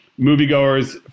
moviegoers